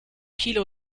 kilo